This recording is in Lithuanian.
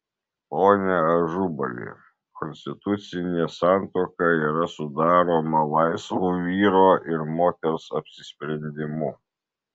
pone ažubali konstitucinė santuoka yra sudaroma laisvu vyro ir moters apsisprendimu